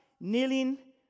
kneeling